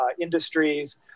industries